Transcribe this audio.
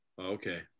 Okay